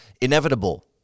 inevitable